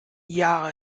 jahre